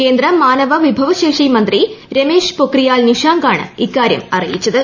കേന്ദ്ര മാനവ വിഭവശേഷി മന്ത്രി രമേശ് പൊക്രിയാൽ നിഷാങ്കാണ് ഇക്കാര്യം അറിയിച്ചത്